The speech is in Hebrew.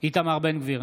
איתמר בן גביר,